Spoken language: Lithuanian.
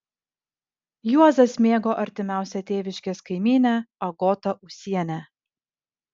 juozas mėgo artimiausią tėviškės kaimynę agotą ūsienę